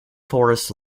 forest